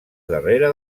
darrere